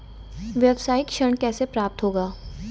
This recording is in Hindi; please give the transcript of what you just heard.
व्यावसायिक ऋण कैसे प्राप्त होगा?